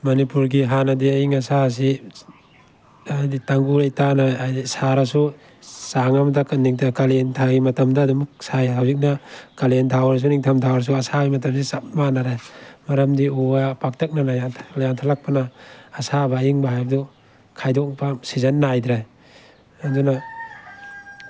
ꯃꯅꯤꯄꯨꯔꯒꯤ ꯍꯥꯟꯅꯗꯤ ꯑꯏꯪ ꯑꯁꯥ ꯑꯁꯤ ꯍꯥꯏꯗꯤ ꯇꯪꯗꯨ ꯂꯩꯇꯥꯅ ꯍꯥꯏꯗꯤ ꯁꯥꯔꯁꯨ ꯆꯥꯡ ꯑꯃꯗ ꯈꯔ ꯀꯥꯂꯦꯟꯊꯥꯒꯤ ꯃꯇꯝꯗ ꯑꯗꯨꯝ ꯁꯥꯏ ꯍꯧꯖꯤꯛꯅ ꯀꯥꯂꯦꯟꯊꯥ ꯑꯣꯏꯔꯁꯨ ꯅꯤꯡꯊꯝꯊꯥ ꯑꯣꯏꯔꯁꯨ ꯑꯁꯥꯕꯒꯤ ꯃꯇꯝꯁꯤ ꯆꯞ ꯃꯥꯟꯅꯔꯦ ꯃꯔꯝꯗꯤ ꯎ ꯋꯥ ꯄꯥꯛꯇꯛꯅꯅ ꯌꯥꯟꯊꯠꯂꯛꯄꯅ ꯑꯁꯥꯕ ꯑꯏꯪꯕ ꯍꯥꯏꯕꯗꯨ ꯈꯥꯏꯗꯣꯛꯄ ꯁꯤꯖꯟ ꯅꯥꯏꯗ꯭ꯔꯦ ꯑꯗꯨꯅ